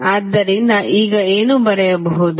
ಆದ್ದರಿಂದ ಈಗ ಏನು ಬರೆಯಬಹುದು